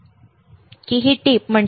तुम्ही इथे पाहू शकता बरोबर